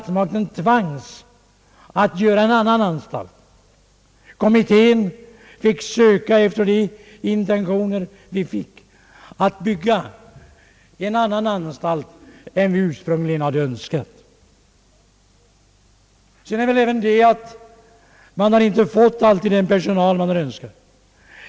Statsmakterna tvangs att göra en annan anstalt. Kommittén ålades att efter de intentioner den fick försöka bygga en annan anstalt än den man ursprungligen hade önskat. Vidare har anstalten inte fått den personal som varit önskvärt.